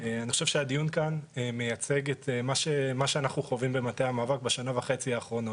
הדיון כאן מייצג את מה שאנחנו חווים במטה המאבק בשנה וחצי האחרונות.